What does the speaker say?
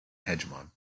hegemon